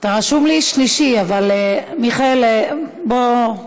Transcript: אתה רשום לי שלישי, אבל מיכאל, בוא,